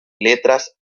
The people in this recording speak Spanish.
letras